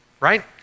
Right